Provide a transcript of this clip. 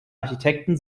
architekten